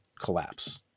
collapse